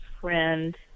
friend